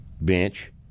bench